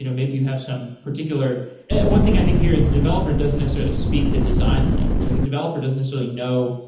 you know maybe you have some particular one thing i think here is the developer doesn't necessarily speak the design language. like a developer doesn't necessarily know,